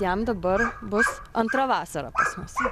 jam dabar bus antra vasara pas mus